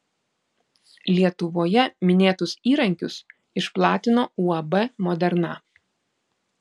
lietuvoje minėtus įrankius išplatino uab moderna